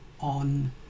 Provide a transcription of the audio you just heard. on